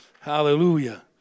Hallelujah